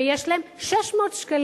ויש להם 600 שקלים,